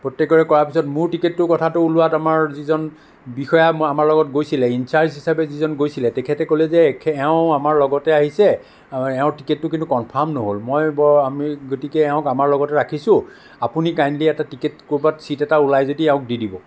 প্ৰত্যেকৰে কৰাৰ পাছত মোৰ টিকটটোৰ কথাটো ওলোৱাত আমাৰ যিজন বিষয়া আমাৰ লগত গৈছিল ইনচাৰ্জ হিছাপে যিজন গৈছিলে তেখেতে ক'লে যে এখে এওঁ আমাৰ লগতে আহিছে আৰু এওঁৰ টিকেটটো কিন্তু কনফাৰ্ম নহ'ল মই বৰ আমি গতিকে এওঁক আমাৰ লগতে ৰাখিছোঁ আপুনি কাইণ্ডলি এটা টিকট ক'ৰবাত চিট এটা ওলাই যদি এওঁক দি দিব